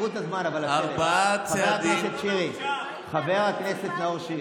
השיטה שלכם לסתום פיות, חבר הכנסת כץ.